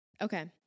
Okay